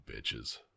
bitches